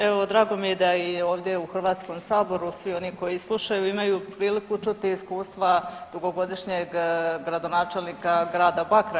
Evo drago mi je da i ovdje u HS-u svi oni koji slušaju imaju priliku čuti iskustva dugogodišnjeg gradonačelnika grada Bakra.